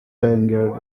tangier